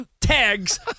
Tags